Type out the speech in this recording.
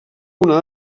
una